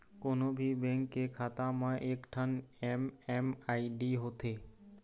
कोनो भी बेंक के खाता म एकठन एम.एम.आई.डी होथे